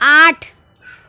آٹھ